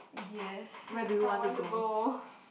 yes I want to go